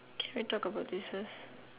can we talk about this first